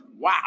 wow